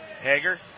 Hager